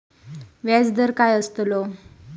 व्याज दर काय आस्तलो?